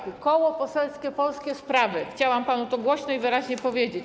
Koło Poselskie Polskie Sprawy - chciałam panu to głośno i wyraźnie powiedzieć.